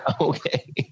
okay